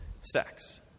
sex